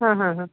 हां हां हां